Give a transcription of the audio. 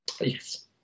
Yes